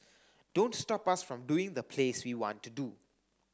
don't stop us from doing the plays we want to do